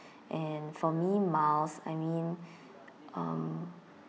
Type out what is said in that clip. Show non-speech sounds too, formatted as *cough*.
*breath* and for me miles I mean *breath* um